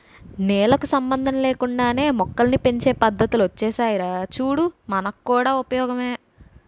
నేలకు సంబంధం లేకుండానే మొక్కల్ని పెంచే పద్దతులు ఒచ్చేసాయిరా చూడు మనకు కూడా ఉపయోగమే